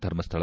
Dharmasthala